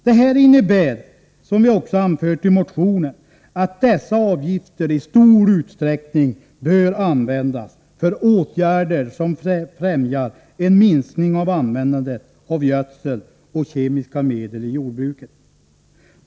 Det sagda innebär, som vi anfört i motionen, att avgifterna i stor utsträckning bör utnyttjas för åtgärder som främjar en minskning av användandet av gödsel och kemiska medel i jordbruket.